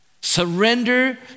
Surrender